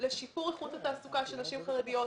לשיפור איכות התעסוקה של נשים חרדיות,